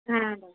ಹಾಂ ಡಾಕ್ಟ್